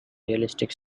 realistic